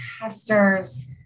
pastors